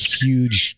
huge